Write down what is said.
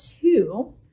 two